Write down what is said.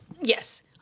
Yes